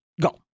go